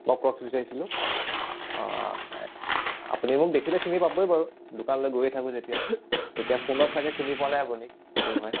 ন ক্ৰকছ্ বিচাৰিছিলোঁ অঁ আপুনি মোক দেখিলে চিনি পাবই বাৰু দোকানলৈ গৈয়ে থাকোঁ যেতিয়া এতিয়া ফোনত চাগে চিনি পোৱা নাই আপুনি কোন হয়